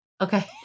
Okay